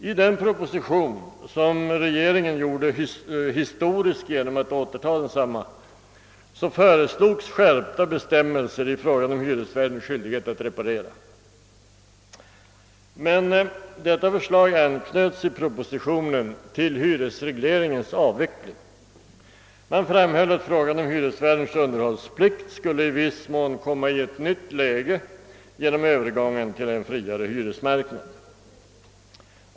I den proposition som regeringen gjorde historisk genom att återta den föreslogs skärpning av bestämmelserna i fråga om hyresvärdens skyldighet att reparera, men detta förslag anknöts i propositionen till hyresregleringens avveckling. Det framhölls att frågan om hyresvärdens underhållsplikt skulle i viss mån komma i ett nytt läge genom övergången till en friare hyresmarknad.